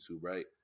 right